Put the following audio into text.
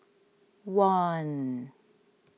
one